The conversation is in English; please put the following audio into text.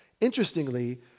Interestingly